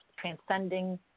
transcending